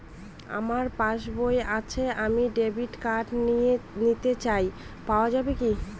আমার পাসবই আছে আমি ডেবিট কার্ড নিতে চাই পাওয়া যাবে কি?